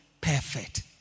perfect